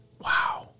Wow